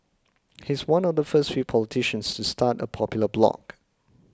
he's one of the first few politicians start a popular blog